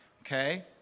Okay